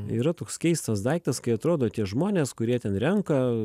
yra toks keistas daiktas kai atrodo tie žmonės kurie ten renka